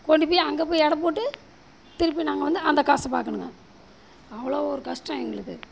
கொண்டு போய் அங்கே போய் எடை போட்டு திருப்பியும் நாங்கள் வந்து அந்த காசை பார்க்கணுங்க அவ்வளோ ஒரு கஷ்டம் எங்களுக்கு